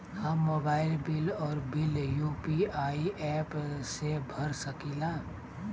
हम mobile bill और bill UPI app से भर सकिला